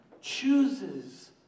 chooses